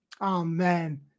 Amen